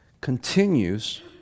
continues